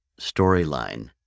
storyline